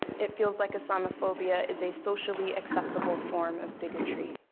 it feels like islamophobia is a socially acceptable form of bigotry.